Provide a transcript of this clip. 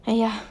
!aiya!